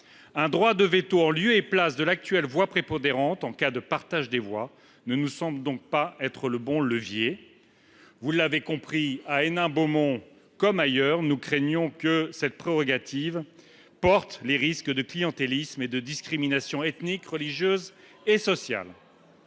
Un droit de veto, en lieu et place de l’actuelle voix prépondérante en cas de partage des voix, ne nous semble donc pas être le bon levier. À Hénin Beaumont comme ailleurs,… Pas ça !… nous craignons que cette prérogative ne présente des risques de clientélisme et de discrimination ethnique, religieuse et sociale.